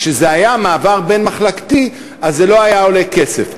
כשזה היה מעבר בין-מחלקתי זה לא עלה כסף.